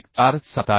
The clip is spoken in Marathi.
147 आहे